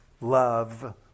love